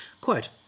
Quote